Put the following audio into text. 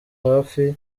hafi